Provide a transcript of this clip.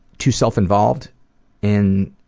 too self-involved in